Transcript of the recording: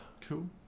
Two